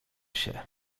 się